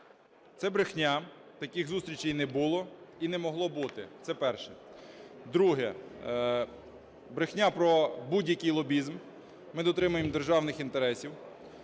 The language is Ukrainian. Це брехня, таких зустрічей не було і не могло бути. Це перше. Друге. Брехня про будь-який лобізм, ми дотримуємо державних інтересів.